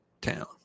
town